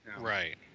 Right